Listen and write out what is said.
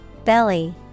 belly